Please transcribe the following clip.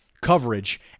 coverage